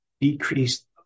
decreased